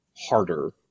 harder